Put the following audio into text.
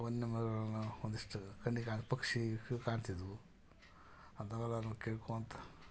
ವನ್ಯ ಮರಗಳನ್ನು ಒಂದಿಷ್ಟು ಕಣ್ಣಿಗೆ ಕಾ ಪಕ್ಷಿ ಕಾಣ್ತಿದ್ವು ಅಂಥವೆಲ್ಲವೂ ಕೇಳ್ಕೊಳ್ತಾ